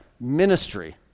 ministry